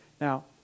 Now